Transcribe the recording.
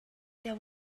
there